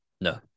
No